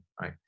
right